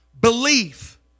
Belief